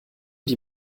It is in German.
die